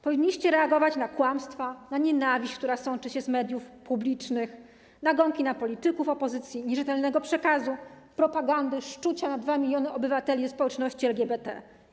Powinniście reagować na kłamstwa, nienawiść, która sączy się z mediów publicznych, nagonki na polityków opozycji, nierzetelny przekaz, propagandę, szczucie na 2 mln obywateli społeczności LGBT.